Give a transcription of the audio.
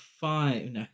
five